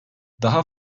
daha